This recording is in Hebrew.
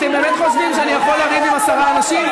אתם באמת חושבים שאני יכול לריב עם עשרה אנשים?